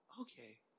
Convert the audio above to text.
okay